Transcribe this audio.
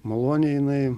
malonė jinai